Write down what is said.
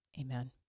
Amen